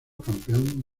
campeón